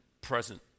present